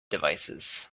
devices